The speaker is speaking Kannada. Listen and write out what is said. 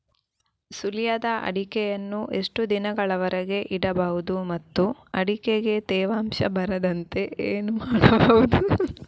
ಸುಲಿಯದ ಅಡಿಕೆಯನ್ನು ಎಷ್ಟು ದಿನಗಳವರೆಗೆ ಇಡಬಹುದು ಮತ್ತು ಅಡಿಕೆಗೆ ತೇವಾಂಶ ಬರದಂತೆ ಏನು ಮಾಡಬಹುದು?